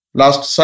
last